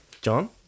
John